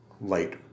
light